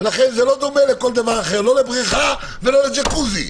לכן זה לא דומה לא לבריכה ולא לג'קוזי.